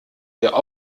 der